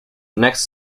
next